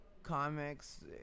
comics